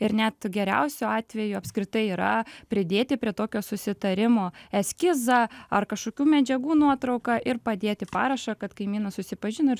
ir net geriausiu atveju apskritai yra pridėti prie tokio susitarimo eskizą ar kažkokių medžiagų nuotrauką ir padėti parašą kad kaimynas susipažino ir